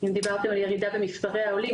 אם דיברתם על ירידה במספרי העולים,